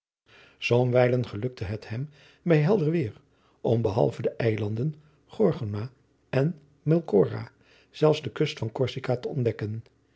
somwijlen gelukte het hem bij helder weêr om behalve de eilanden gorgona en melcora zelfs de kust van corsica te ontdekken